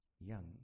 young